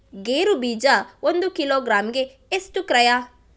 ಗೇರು ಬೀಜ ಒಂದು ಕಿಲೋಗ್ರಾಂ ಗೆ ಎಷ್ಟು ಕ್ರಯ?